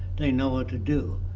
they know what to do.